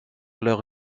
leurs